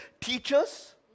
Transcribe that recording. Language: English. Teachers